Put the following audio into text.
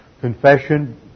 confession